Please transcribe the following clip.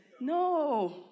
no